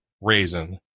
raisin